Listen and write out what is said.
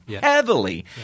heavily